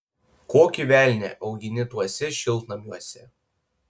kokį velnią augini tuose šiltnamiuose